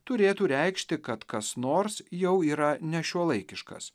turėtų reikšti kad kas nors jau yra nešiuolaikiškas